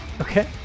Okay